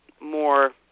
more